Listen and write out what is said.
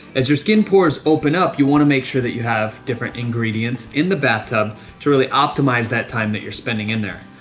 as your skin pores open up, you want to make sure that you have different ingredients in the bathtub to optimize that time that you're spending in there.